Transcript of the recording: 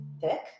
thick